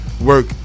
work